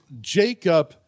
Jacob